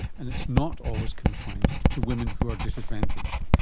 and it's not always confined to women who are disadvantaged.